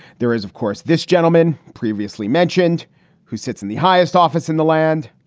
there is, of course, this gentleman previously mentioned who sits in the highest office in the land.